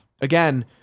again